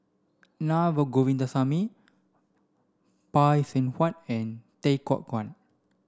Na Govindasamy Phay Seng Whatt and Tay Koh